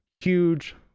huge